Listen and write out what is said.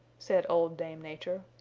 said old dame nature,